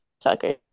Tucker